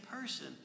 person